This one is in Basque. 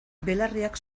belarriak